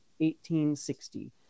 1860